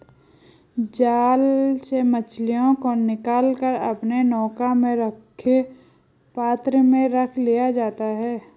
जाल से मछलियों को निकाल कर अपने नौका में रखे पात्र में रख लिया जाता है